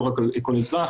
לא רק על כל אזרח.